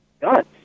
guns